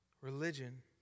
religion